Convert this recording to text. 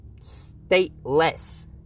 stateless